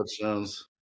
touchdowns